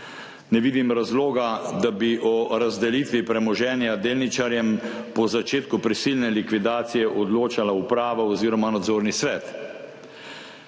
Ne vidim razloga, da bi o razdelitvi premoženja delničarjem po začetku prisilne likvidacije odločala uprava oziroma nadzorni svet.